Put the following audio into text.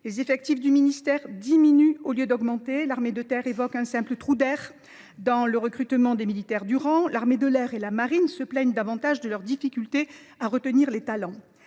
les effectifs du ministère diminuent au lieu d’augmenter. L’armée de terre évoque un simple « trou d’air » dans le recrutement des militaires du rang. L’armée de l’air et la marine se plaignent davantage de leurs difficultés à retenir les talents.